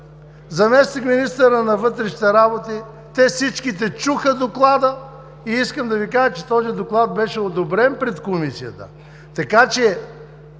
заместник-министърът на вътрешните работи. Те всички чуха Доклада и искам да Ви кажа, че този доклад беше одобрен пред Комисията. Така че